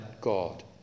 God